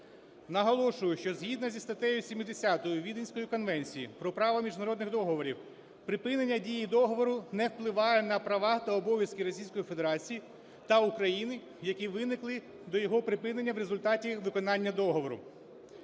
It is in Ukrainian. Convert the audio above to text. Наголошую, що згідно зі статтею 70 Віденської конвенції про право міжнародних договорів припинення дії договору не впливає на права та обов'язки Російської Федерації та України, які виникли до його припинення в результаті виконання договору.